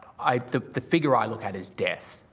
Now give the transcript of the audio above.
i the the figure i look at is death,